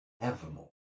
evermore